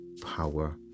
power